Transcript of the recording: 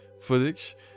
footage